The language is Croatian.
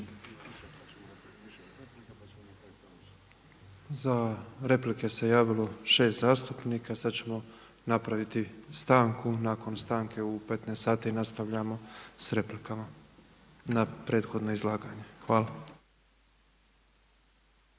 Za replike se javilo 6 zastupnika. Sad ćemo napraviti stanku. Nakon stanke u 15,00 sati nastavljamo sa replikama na prethodno izlaganje. Hvala.